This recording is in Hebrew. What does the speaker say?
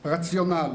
רציונל: